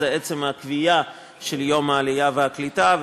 עצם הקביעה של יום העלייה והקליטה,